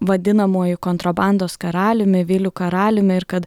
vadinamuoju kontrabandos karaliumi viliu karaliumi ir kad